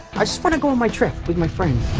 i just want to go on my trip with my friends.